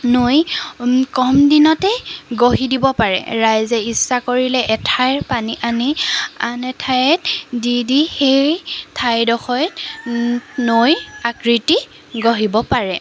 নৈ কম দিনতে গঢ়ি দিব পাৰে ৰাইজে ইচ্ছা কৰিলে এঠাইৰ পানী আনি আন এঠাইত দি দি সেই ঠাইডখৰত নৈ আকৃতি গঢ়িব পাৰে